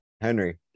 Henry